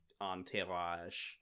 entourage